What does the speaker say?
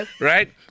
right